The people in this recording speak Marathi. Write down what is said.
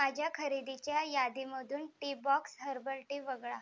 माझ्या खरेदीच्या यादीमधून टीबॉक्स हर्बल टी वगळा